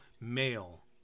male